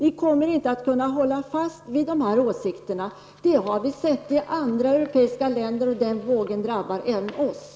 Ni kommer inte att kunna hålla fast vid de här åsikterna. Det har vi sett i andra europeiska länder, och den vågen drabbar även oss.